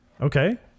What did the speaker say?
Okay